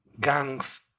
gangs